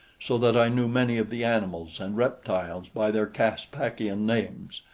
so that i knew many of the animals and reptiles by their caspakian names,